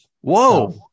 Whoa